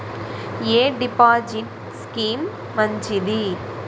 ఎ deposit scheme మంచిది?